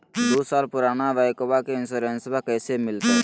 दू साल पुराना बाइकबा के इंसोरेंसबा कैसे मिलते?